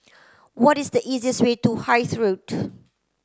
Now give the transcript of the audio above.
what is the easiest way to Hythe Road